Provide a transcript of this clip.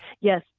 Yes